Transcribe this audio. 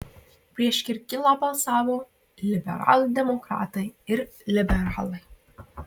prieš kirkilą balsavo liberaldemokratai ir liberalai